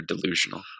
delusional